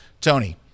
Tony